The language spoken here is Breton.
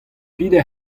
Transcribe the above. peder